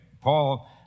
Paul